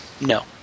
No